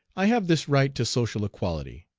i have this right to social equality,